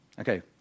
Okay